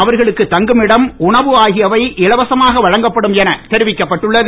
அவர்களுக்கு தங்குமிடம் உணவு ஆகியவை இலவசமாக வழங்கப்படும் என தெரிவிக்கப்பட்டுள்ளது